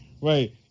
Right